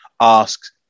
asks